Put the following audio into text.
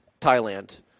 Thailand